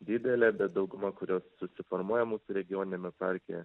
didelė bet dauguma kurios susiformuoja mūsų regioniniame parke